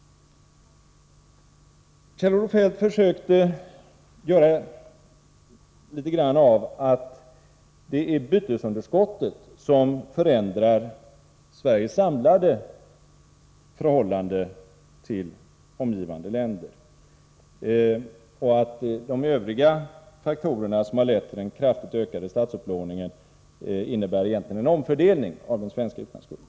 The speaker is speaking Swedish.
Kjell-Olof Feldt försökte göra ett nummer av att det endast är bytesunderskottet som påverkar Sveriges nettoställning i förhållande till andra länder och att de övriga faktorer som har lett till den kraftigt ökade statsupplåningen egentligen innebär en omfördelning av den svenska utlandsskulden.